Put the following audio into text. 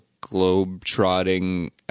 globe-trotting